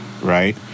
right